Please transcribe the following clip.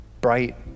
bright